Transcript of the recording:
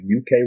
UK